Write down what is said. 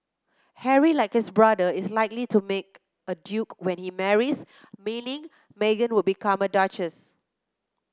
Harry like his brother is likely to be made a duke when he marries meaning Meghan would become a duchess